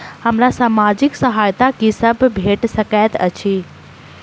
हमरा सामाजिक सहायता की सब भेट सकैत अछि?